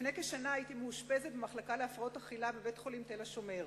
לפני כשנה הייתי מאושפזת במחלקה להפרעות אכילה בבית-החולים "תל השומר".